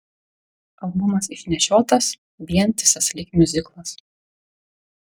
albumas išnešiotas vientisas lyg miuziklas